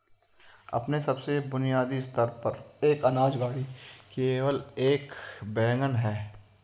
अपने सबसे बुनियादी स्तर पर, एक अनाज गाड़ी केवल एक वैगन है